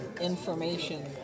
information